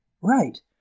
Right